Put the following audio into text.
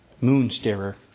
moon-starer